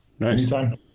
anytime